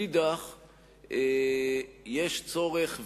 מצד שני,